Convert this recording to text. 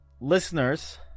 Listeners